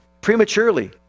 Prematurely